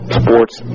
sports